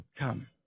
Come